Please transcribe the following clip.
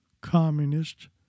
communist